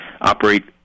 operate